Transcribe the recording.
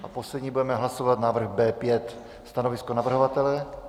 A poslední budeme hlasovat návrh B5. Stanovisko navrhovatele?